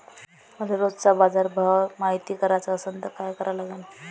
मले रोजचा बाजारभव मायती कराचा असन त काय करा लागन?